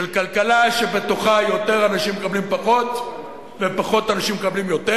של כלכלה שבתוכה יותר אנשים מקבלים פחות ופחות אנשים מקבלים יותר,